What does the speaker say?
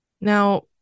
Now